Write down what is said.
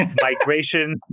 Migration